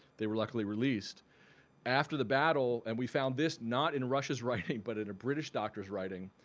they were luckily released after the battle and we found this not in rush's writing but in a british doctor's writing.